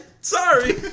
Sorry